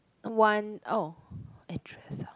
one oh